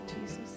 Jesus